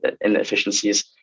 inefficiencies